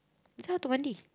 this one how to mandi